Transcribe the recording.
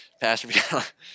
Pastor